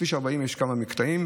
לכביש 40 יש כמה מקטעים.